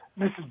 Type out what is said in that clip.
Mrs